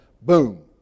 boom